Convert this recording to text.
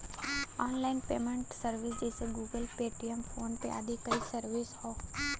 online payment service जइसे Google Pay, Paytm, PhonePe आदि कई सर्विस हौ